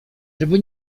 żeby